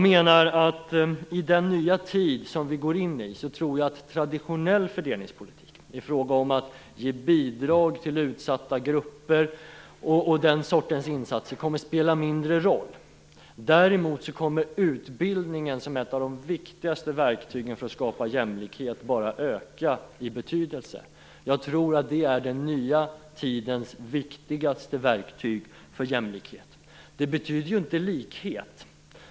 I den nya tid som vi går in i tror jag att traditionell fördelningspolitik, bidrag till utsatta grupper etc., kommer att spela en mindre roll. Däremot kommer utbildningen som ett av de viktigaste verktygen för att skapa jämlikhet att bara öka i betydelse. Jag tror att det är den nya tidens viktigaste verktyg för jämlikhet. Det betyder inte likhet.